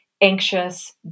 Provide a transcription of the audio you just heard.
anxious